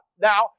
Now